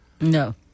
No